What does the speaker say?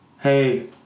Hey